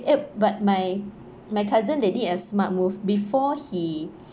but my my cousin they did a smart move before he